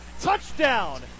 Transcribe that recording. Touchdown